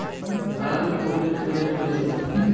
भारत में फूल के खेती ढेर पहिले से होता